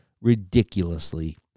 ridiculously